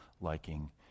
liking